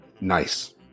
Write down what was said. nice